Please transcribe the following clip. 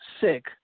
sick